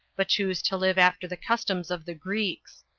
but choose to live after the customs of the greeks.